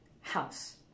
house